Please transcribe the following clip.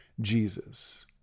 Jesus